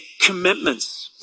commitments